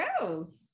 gross